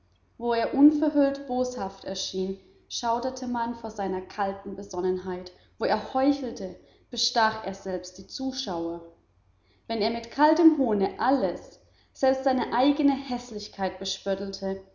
wo er unverhüllt boshaft erschien schauderte man vor seiner kalten besonnenheit wo er heuchelte bestach er selbst die zuschauer wenn er mit kaltem hohne alles selbst seine eigene häßlichkeit bespöttelte